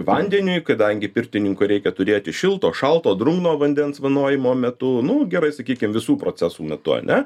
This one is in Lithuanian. vandeniui kadangi pirtininkui reikia turėti šilto šalto drungno vandens vanojimo metu nu gerai sakykim visų procesų metu ane